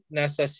nasa